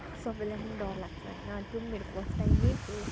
अब सबैलाई नै डर लाग्छ होइन त्यो पनि मेरो फर्स्ट टाइम नै थियो